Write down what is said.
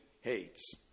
hates